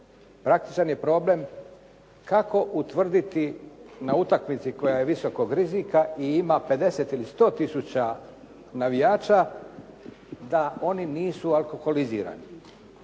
Praktičan je problem kako utvrditi na utakmici koja je visokog rizika i ima 50 ili 100 tisuća navijača da oni nisu alkoholizirani.